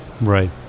Right